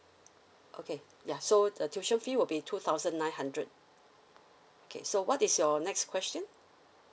okay ya so the tuition fee will be two thousand nine hundred K so what is your next question